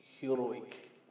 heroic